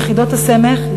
ביחידות הסמך,